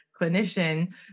clinician